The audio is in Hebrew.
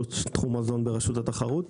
ראש תחום מזון ברשות התחרות.